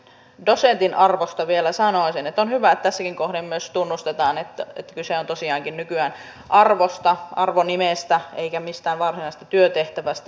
tästä dosentin arvosta vielä sanoisin että on hyvä että tässäkin kohden myös tunnustetaan että kyse on tosiaankin nykyään arvosta arvonimestä eikä mistään varsinaisesta työtehtävästä